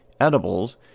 edibles